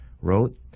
wrote